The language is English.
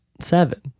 seven